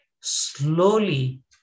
Slowly